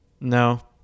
no